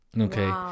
Okay